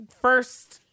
first